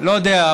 לא יודע,